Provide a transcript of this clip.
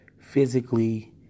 physically